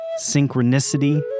Synchronicity